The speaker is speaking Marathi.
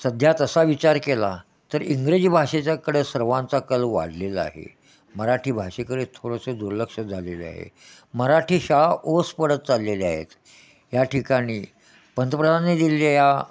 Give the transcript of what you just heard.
सध्या तसा विचार केला तर इंग्रजी भाषेच्याकडे सर्वांचा कल वाढलेला आहे मराठी भाषेकडे थोडंसं दुर्लक्ष झालेले आहे मराठी शाळा ओस पडत चाललेल्या आहेत या ठिकाणी पंतप्रधानांनी दिले या